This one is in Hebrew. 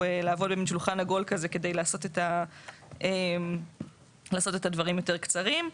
לעבוד עם שולחן עגול כזה כדי לעשות את הדברים יותר קצרים.